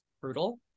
brutal